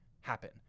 happen